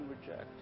reject